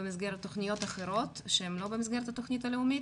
במסגרת תכניות אחרות שהן לא במסגרת התכנית הלאומית.